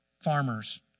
farmers